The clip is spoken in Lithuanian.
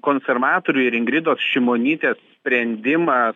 konservatorių ir ingridos šimonytės sprendimą